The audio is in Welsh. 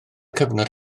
cyfnod